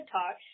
Talk